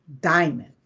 Diamond